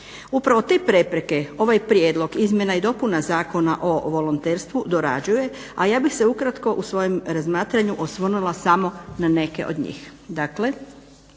Upravo te prepreke ovaj prijedlog izmjena i dopuna Zakona o volonterstvu dorađuje, a ja bih se ukratko u svojem razmatranju osvrnula samo na neke od njih.